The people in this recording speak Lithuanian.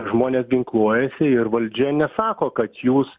žmonės ginkluojasi ir valdžia nesako kad jūs